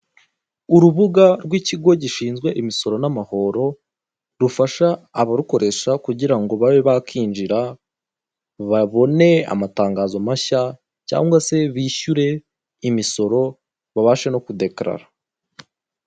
Urubuga rw'ikigo gishinzwe imisoro n'amahoro, rufasha abarukoresha kugira ngo babe bakinjira babone amatangazo mashya cyangwa se bishyure imisoro babashe no kudekarara.